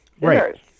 Right